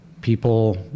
people